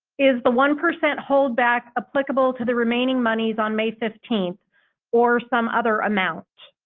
is the one percent holdback applicable to the remaining monies on may fifteenth or some other amount?